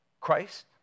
Christ